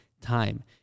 time